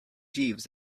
jeeves